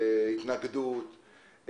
התנגדות,